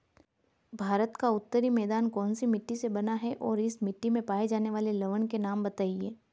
भारत का उत्तरी मैदान कौनसी मिट्टी से बना है और इस मिट्टी में पाए जाने वाले लवण के नाम बताइए?